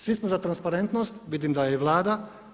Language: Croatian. Svi smo za transparentnost, vidim da je i Vlada.